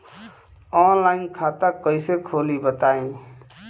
Online खाता कइसे खोली बताई?